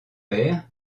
pair